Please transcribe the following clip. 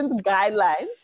guidelines